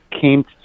came